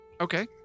okay